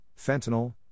fentanyl